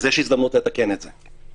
אז יש הזדמנות לתקן את זה.